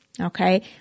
okay